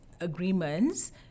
agreements